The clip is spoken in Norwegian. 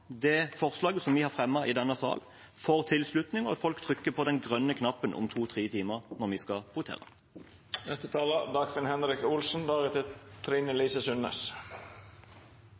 forslaget vi har fremmet i denne salen, får tilslutning, og at folk trykker på den grønne knappen når vi skal votere om to–tre timer.